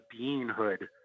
beinghood